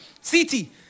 City